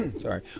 Sorry